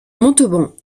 montauban